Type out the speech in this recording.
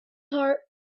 heart